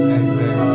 amen